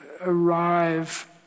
arrive